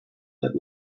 that